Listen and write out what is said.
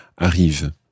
arrive